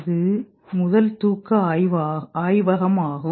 இது முதல் தூக்க ஆய்வகமாகும்